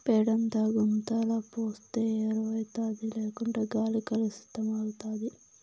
పేడంతా గుంతల పోస్తే ఎరువౌతాది లేకుంటే గాలి కలుసితమైతాది